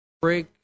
break